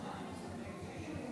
התשפ"ג 2023,